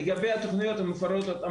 לגבי התוכניות המפורטות,